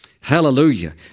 Hallelujah